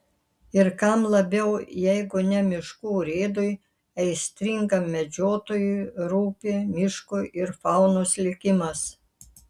ir kam labiau jeigu ne miškų urėdui aistringam medžiotojui rūpi miško ir faunos likimas